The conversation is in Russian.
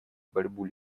борьбу